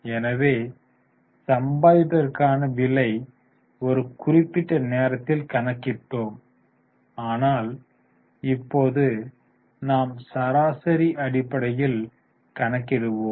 எனவே சம்பாதிப்பதற்கான விலை ஒரு குறிப்பிட்ட நேரத்தில் கணக்கிடலாம் ஆனால் இப்போது நாம் சராசரி அடிப்படையில் கணக்கிடுவோம்